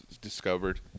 discovered